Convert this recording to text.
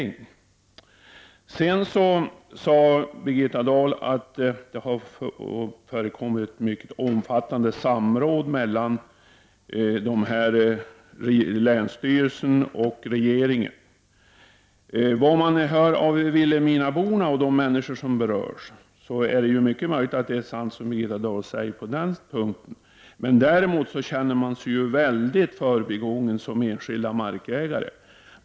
Birgitta Dahl sade vidare att det har förekommit ett mycket omfattande samråd mellan länsstyrelsen och regeringen. Det är mycket möjligt att det är sant, men vilhelminaborna och de människor som berörs känner sig helt förbigångna som enskilda markägare.